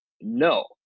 no